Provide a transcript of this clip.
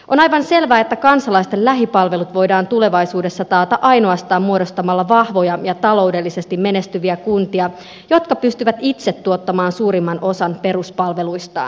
on aivan selvää että kansalaisten lähipalvelut voidaan tulevaisuudessa taata ainoastaan muodostamalla vahvoja ja taloudellisesti menestyviä kuntia jotka pystyvät itse tuottamaan suurimman osan peruspalveluistaan